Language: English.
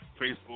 Facebook